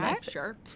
Sure